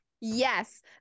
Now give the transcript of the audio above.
yes